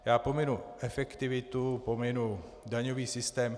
Já pominu efektivitu, pominu daňový systém.